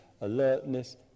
alertness